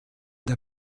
der